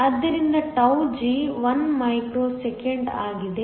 ಆದ್ದರಿಂದ τg 1 microsecond ಆಗಿದೆ